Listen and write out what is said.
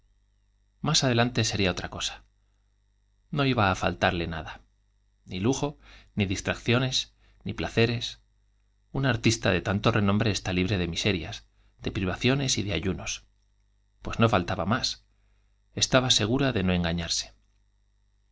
más adelante sería otra cosa noiba á faltarle nada ni lujo ni distracciones ni placeres un artista de tanto renombre está libre de miserias de privaciones y de ayuno s pues no faltaba más estaba segura de no engañarse